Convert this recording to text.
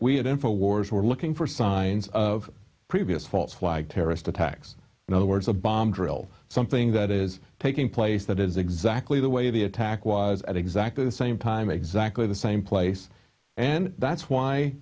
had in four wars were looking for signs of previous false flag terrorist attacks in other words a bomb drill something that is taking place that is exactly the way the attack was at exactly the same time exactly the same place and that's why